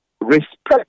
respect